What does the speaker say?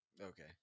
Okay